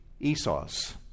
Esau's